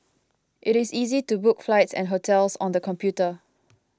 it is easy to book flights and hotels on the computer